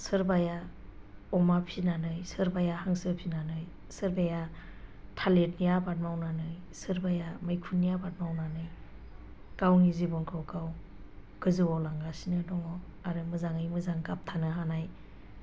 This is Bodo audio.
सोरबाया अमा फिनानै सोरबाया हांसो फिनानै सोरबाया थालिरनि आबाद मावनानै सोरबाया मैखुननि आबाद मावनानै गावनि जिबनखौ गाव गोजौआव लांगासिनो दङ आरो मोजाङै मोजां गाबथानो हानाय